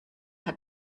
hat